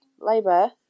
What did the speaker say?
labour